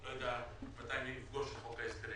אני לא יודע מתי אני אפגוש את חוק ההסדרים